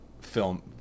film